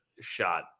shot